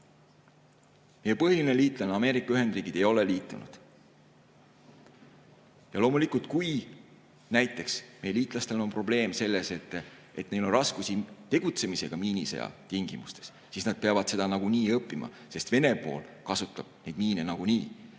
Meie põhiline liitlane Ameerika Ühendriigid ei ole [selle konventsiooniga] liitunud. Loomulikult, kui näiteks meie liitlastel on probleem, et neil on raskusi tegutsemisega miinisõja tingimustes, siis nad peavad seda õppima, sest Vene pool kasutab neid miine nagunii.